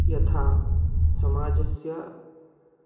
यथा समाजस्य